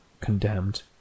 condemned